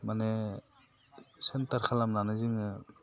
माने सेन्टार खालामनानै जोङो